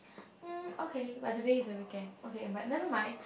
mm okay but today is a weekend okay but nevermind